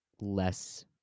less